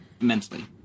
immensely